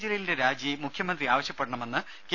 ജലീലിന്റെ രാജി മുഖ്യമന്ത്രി ആവശ്യപ്പെടണമെന്ന് കെ